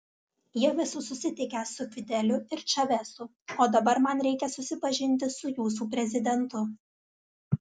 jau esu susitikęs su fideliu ir čavesu o dabar man reikia susipažinti su jūsų prezidentu